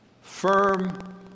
firm